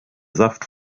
saft